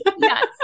Yes